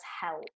help